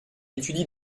étudie